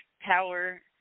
power